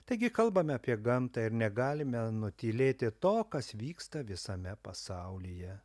taigi kalbame apie gamtą ir negalime nutylėti to kas vyksta visame pasaulyje